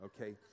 Okay